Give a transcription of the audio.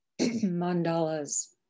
mandalas